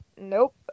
nope